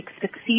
succeed